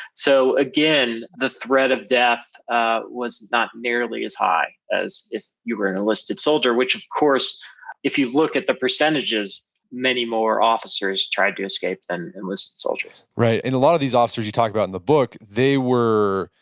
so again, a threat of death was not nearly as high as if you were an enlisted soldier, which of course if you look at the percentages many more officers tried to escape than enlisted soldiers right, and a lot of officers you talk about in the book, they were,